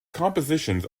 compositions